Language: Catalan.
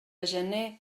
gener